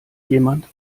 jemand